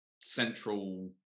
central